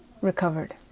recovered